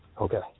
Okay